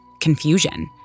confusion